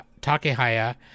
Takehaya